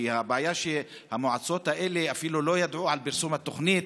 כי הבעיה היא שהמועצות האלה אפילו לא ידעו על פרסום התוכנית.